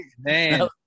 Man